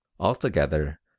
Altogether